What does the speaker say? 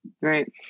Right